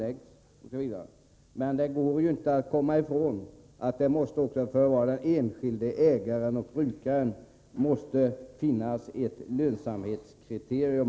Men det går inte att komma ifrån att det för den enskilde ägaren och brukaren också måste finnas ett lönsamhetskriterium.